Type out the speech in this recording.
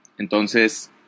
Entonces